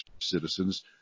citizens